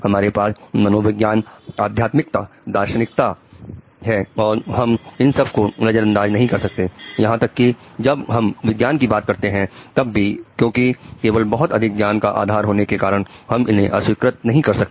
हमारे पास मनोविज्ञान अध्यात्मिकता दार्शनिक था है और हम इन सब को नजरअंदाज नहीं कर सकते यहां तक कि जब हम विज्ञान की बात करते हैं तब भी क्योंकि केवल बहुत अधिक ज्ञान का आधार होने के कारण हम इन्हेंअस्वीकृत नहीं कर सकते